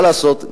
מה לעשות?